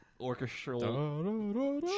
orchestral